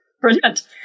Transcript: Brilliant